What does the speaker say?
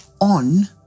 on